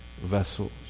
vessels